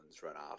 runoff